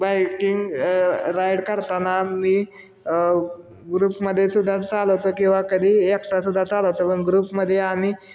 biking ride करताना मी ग्रुपमध्ये सुद्धा चालवतो किंवा कधी एकटासुद्धा चालवतो पण ग्रुपमद्धे आम्ही